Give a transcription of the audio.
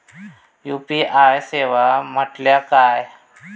UPI सेवा म्हटल्या काय?